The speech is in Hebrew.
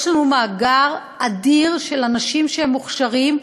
יש לנו מאגר אדיר של אנשים מוכשרים,